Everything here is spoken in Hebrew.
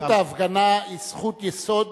זכות ההפגנה היא זכות יסוד